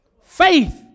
faith